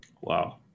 Wow